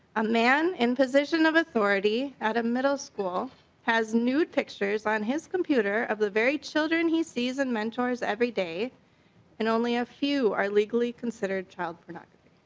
a man and position of authority at a middle school has new pictures on his computer of a very children he sees and mentors every day and only a few are legally considered child pornography.